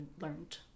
learned